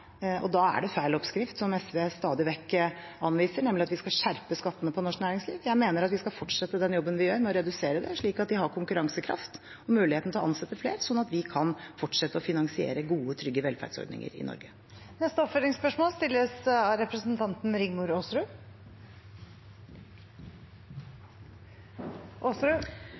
og da er det feil oppskrift, som SV stadig vekk anviser, at vi skal skjerpe skattene for norsk næringsliv. Jeg mener at vi skal fortsette den jobben vi gjør, med å redusere dem, slik at de har konkurransekraft og mulighet til å ansette flere, så vi kan fortsette å finansiere gode, trygge velferdsordninger i Norge. Rigmor Aasrud – til oppfølgingsspørsmål. I finansministerens første svar til representanten